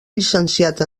llicenciat